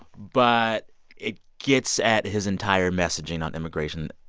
but it gets at his entire messaging on immigration.